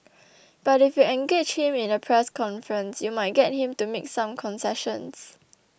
but if you engage him in a press conference you might get him to make some concessions